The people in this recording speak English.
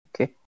Okay